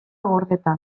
gordeta